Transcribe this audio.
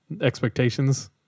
expectations